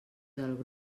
del